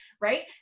right